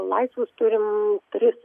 laisvus turime tris